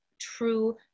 true